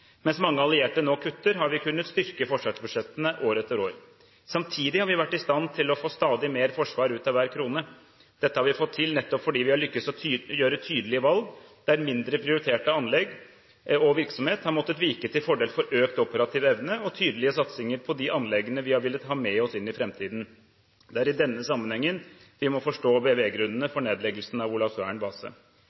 Mens mange allierte nå kutter, har vi kunnet styrke forsvarsbudsjettene år etter år. Samtidig har vi vært i stand til å få stadig mer forsvar ut av hver krone. Dette har vi fått til nettopp fordi vi har lyktes i å gjøre tydelige valg, der mindre prioriterte anlegg og virksomhet har måttet vike til fordel for økt operativ evne og tydelige satsinger på de anleggene vi har villet ha med oss inn i framtiden. Det er i denne sammenhengen vi må forstå beveggrunnene for nedleggelsen av Olavsvern base.